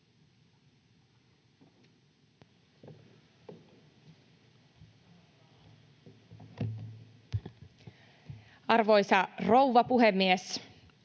Arvoisa rouva puhemies!